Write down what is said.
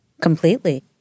Completely